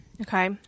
Okay